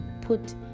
put